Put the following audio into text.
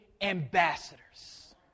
ambassadors